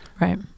Right